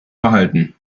verhalten